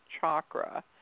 chakra